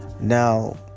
Now